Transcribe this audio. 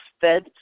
fed